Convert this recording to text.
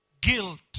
guilt